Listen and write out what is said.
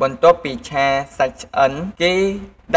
បន្ទាប់ពីឆាសាច់ឆ្អិន គេ